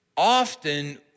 Often